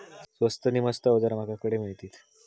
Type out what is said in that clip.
स्वस्त नी मस्त अवजारा माका खडे मिळतीत?